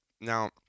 Now